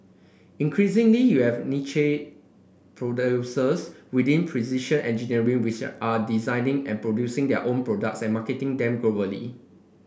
increasingly you have niche producers within precision engineering which are designing and producing their own products and marketing them globally